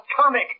comic